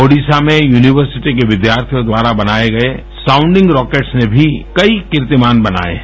ओडिशा में यूनिवर्सिटी के विद्यार्थियों द्वारा बनाए गए साउन्डिंग रॉकेट्स ने भी कई कीर्तिमान बनाए हैं